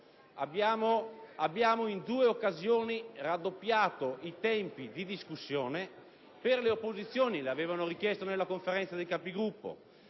Abbiamo, in due occasioni, raddoppiato i tempi di discussione per le opposizioni perché era stato chiesto in Conferenza dei Capigruppo.